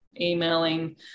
emailing